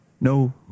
No